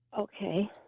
Okay